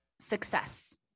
success